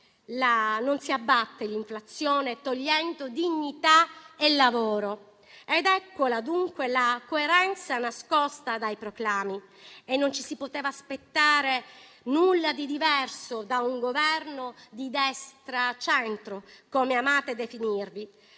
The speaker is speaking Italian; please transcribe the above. non si abbatte l'inflazione togliendo dignità e lavoro ed eccola, dunque, la coerenza nascosta dai proclami: non ci si poteva aspettare nulla di diverso da un Governo di destra-centro, come amate definirvi.